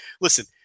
listen